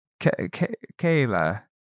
Kayla